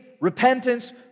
repentance